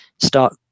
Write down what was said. start